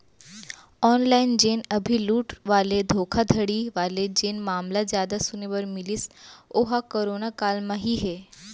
online जेन अभी लूट वाले धोखाघड़ी वाले जेन मामला जादा सुने बर मिलिस ओहा करोना काल म ही हे